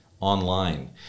online